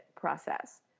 process